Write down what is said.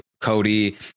cody